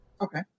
Okay